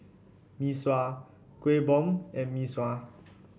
Mee Sua Kuih Bom and Mee Sua